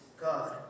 God